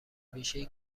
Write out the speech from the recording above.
بیشهای